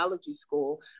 school